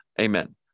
Amen